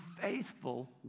faithful